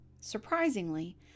surprisingly